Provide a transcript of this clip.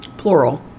plural